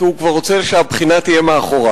כי הוא כבר רוצה שהבחינה תהיה מאחוריו.